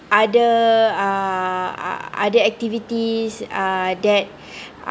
other uh other activities uh that